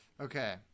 okay